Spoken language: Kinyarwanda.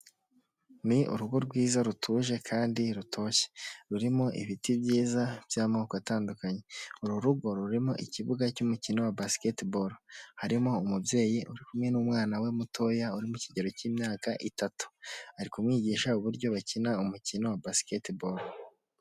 Ni urugo rwiza rutuje kandi rutoshye, rurimo ibiti byiza by'amoko atandukanye, uru rugo rurimo ikibuga cy'umukino wa Basketball, harimo umubyeyi uri kumwe n'umwana we mutoya uri mu kigero cy'imyaka itatu, ari kumwigisha uburyo bakina umukino wa Basketball.